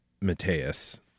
Mateus